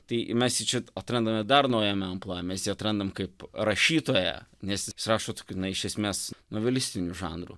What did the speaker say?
tai mes jį čia atrandame dar naujame amplua mes atrandame kaip rašytoją nes jis rašo tokį na iš esmės novelistiniu žanru